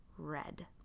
red